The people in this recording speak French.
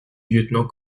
lieutenant